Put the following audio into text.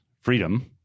freedom